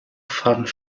fund